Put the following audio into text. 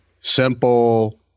simple